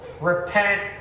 Repent